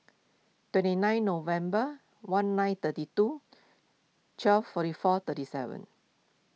twenty nine November one nine thirty two twelve forty four thirty seven